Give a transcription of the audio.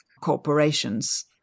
corporations